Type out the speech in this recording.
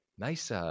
Nice